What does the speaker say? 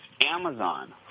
Amazon